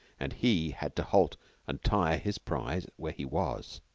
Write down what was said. and he had to halt and tire his prize where he was.